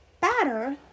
batter